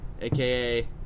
aka